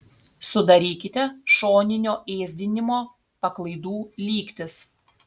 sudarykite šoninio ėsdinimo paklaidų lygtis